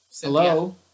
hello